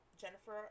Jennifer